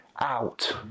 out